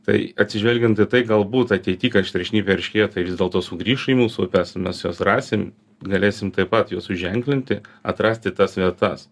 tai atsižvelgiant į tai galbūt ateity kai aštriašnipiai eršketai vis dėlto sugrįš į mūsų upes mes juos rasim galėsim taip pat juos suženklinti atrasti tas vietas